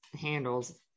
handles